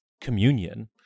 communion